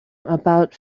about